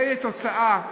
איזו תוצאה?